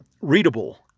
readable